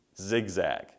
Zigzag